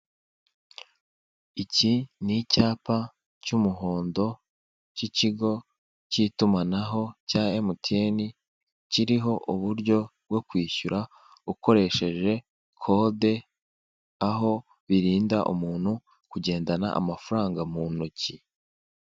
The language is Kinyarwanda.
Iki ni icyapa cy'umuhondo k'ikigo k'itumanaho cya emutiyene kiriho uburyo bwo kwishyura ukoresheje kode aho birinda umuntu kugendana amafaranga mu ntoki.